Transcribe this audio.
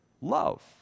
love